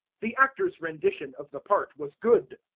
the actor's rendition of the part was good.